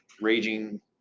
raging